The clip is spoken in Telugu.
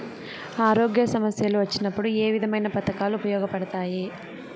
ఆరోగ్య సమస్యలు వచ్చినప్పుడు ఏ విధమైన పథకాలు ఉపయోగపడతాయి